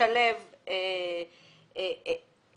משלב את